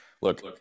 look